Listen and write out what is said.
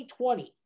2020